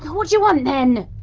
what d'you want then!